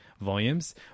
volumes